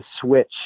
switch